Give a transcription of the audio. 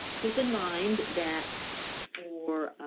keep in mind that for